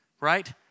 Right